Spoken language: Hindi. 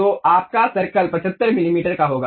तो आपका सर्कल 75 मिलीमीटर का होगा